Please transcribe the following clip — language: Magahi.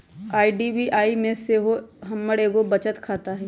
आई.डी.बी.आई में सेहो हमर एगो बचत खता हइ